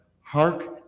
Hark